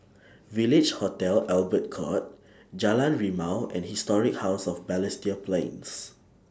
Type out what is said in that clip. Village Hotel Albert Court Jalan Rimau and Historic House of Balestier Plains